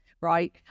Right